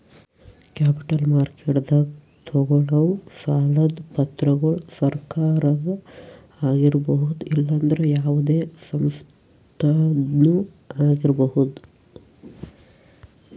capital ಮಾರ್ಕೆಟ್ದಾಗ್ ತಗೋಳವ್ ಸಾಲದ್ ಪತ್ರಗೊಳ್ ಸರಕಾರದ ಆಗಿರ್ಬಹುದ್ ಇಲ್ಲಂದ್ರ ಯಾವದೇ ಸಂಸ್ಥಾದ್ನು ಆಗಿರ್ಬಹುದ್